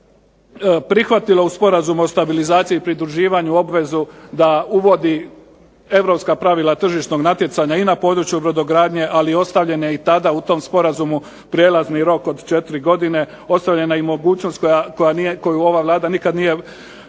je prihvatila u Sporazumu o stabilizaciji i pridruživanju obvezu da uvodi europska pravila tržišnog natjecanja i na području brodogradnje, ali i ostavljen je i tada u tom sporazumu prijelazni rok od 4 godine. Ostavljena je i mogućnost koju ova Vlada nikad nije